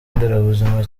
nderabuzima